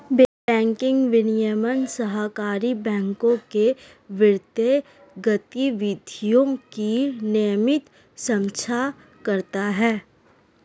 banking विनियमन सहकारी बैंकों के वित्तीय गतिविधियों की नियमित समीक्षा करता है